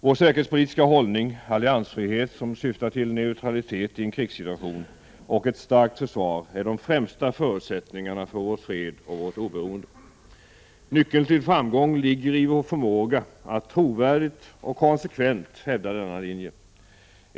Vår säkerhetspolitiska hållning — alliansfrihet som syftar till neutralitet i en krigssituation — och ett starkt försvar är de främsta förutsättningarna för vår fred och vårt oberoende. Nyckeln till framgång ligger i vår förmåga att trovärdigt och konsekvent hävda denna linje.